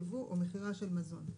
ייבוא או מכירה של מזון.